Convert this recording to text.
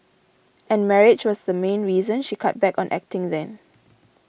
and marriage was the main reason she cut back on acting then